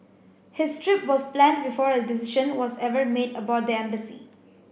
his trip was planned before a decision was ever made about the embassy